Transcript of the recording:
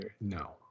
No